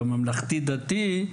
בממלכתי-דתי,